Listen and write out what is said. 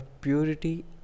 purity